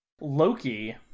Loki